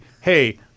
hey